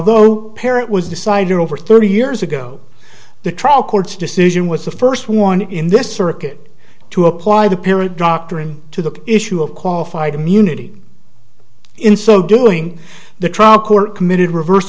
though pair it was decided over thirty years ago the trial court's decision was the first one in this circuit to apply the period rock tiring to the issue of qualified immunity in so doing the trial court committed revers